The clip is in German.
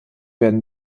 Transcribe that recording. werden